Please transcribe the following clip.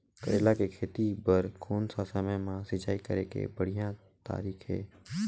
करेला के खेती बार कोन सा समय मां सिंचाई करे के बढ़िया तारीक हे?